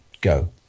go